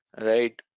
Right